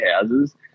houses